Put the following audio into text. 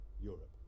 Europe